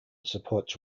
supports